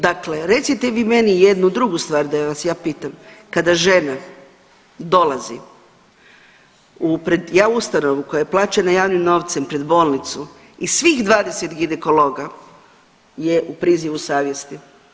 Dakle recite mi meni jednu drugu stvar, da vas ja pitam, kada žena dolazi u pred, javnu ustanovu koja je plaćena javnim novcem, pred bolnicu i svih 20 ginekologa je u prizivu savjesti.